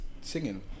singing